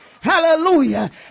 hallelujah